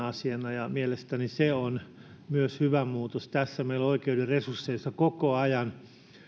asiana ja mielestäni se on myös hyvä muutos tässä meillä on oikeuden resursseissa koko ajan